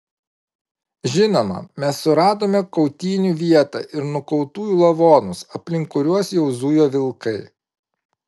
žinoma mes suradome kautynių vietą ir nukautųjų lavonus aplink kuriuos jau zujo vilkai